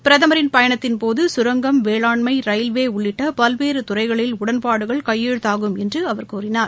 பிரதமரின் பயணத்தின் போது கரங்கம் வேளாண்மை ரயில்வே உள்ளிட்ட பல்வேறு துறைகளில் உடன்பாடுகள் கையெழுத்தாகவும் என்று அவர் கூறினார்